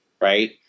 right